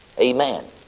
Amen